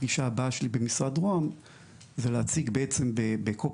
הפגישה הבאה שלי במשרד רוה"מ זה להציג בעצם ב-COP